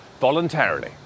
voluntarily